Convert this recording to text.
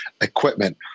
equipment